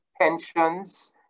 pensions